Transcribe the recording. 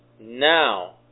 Now